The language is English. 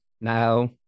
now